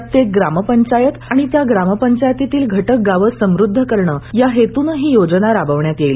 प्रत्येक ग्रामपंचायत आणि त्या ग्रामपंचायतीतील घटक गावं समृद्ध करण या हेतूनं ही योजना राबवण्यात येईल